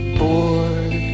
bored